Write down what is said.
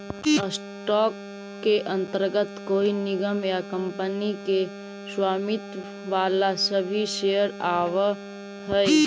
stock के अंतर्गत कोई निगम या कंपनी के स्वामित्व वाला सभी शेयर आवऽ हइ